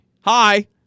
Hi